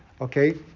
Okay